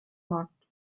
markt